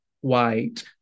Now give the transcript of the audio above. white